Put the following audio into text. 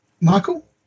Michael